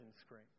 screen